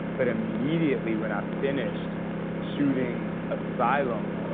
but immediately when i finished shooting asylum,